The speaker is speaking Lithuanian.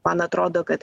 man atrodo kad